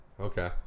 okay